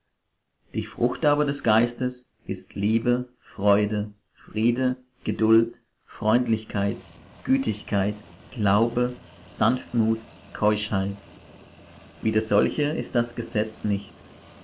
die frucht aber des geistes ist liebe freude friede geduld freundlichkeit gütigkeit glaube sanftmut keuschheit wider solche ist das gesetz nicht